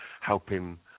helping